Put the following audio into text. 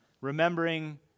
remembering